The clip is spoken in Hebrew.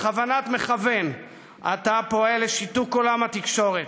בכוונת מכוון אתה פועל לשיתוק עולם התקשורת,